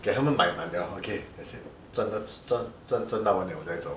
get 他们买满 liao okay that's it 赚到赚赚到完 liao 我才走